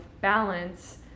balance